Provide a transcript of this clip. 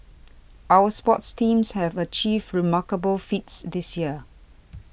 our sports teams have achieved remarkable feats this year